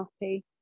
happy